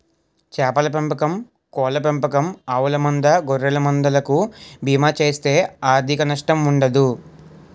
చేపల పెంపకం కోళ్ళ పెంపకం ఆవుల మంద గొర్రెల మంద లకు బీమా చేస్తే ఆర్ధిక నష్టం ఉండదు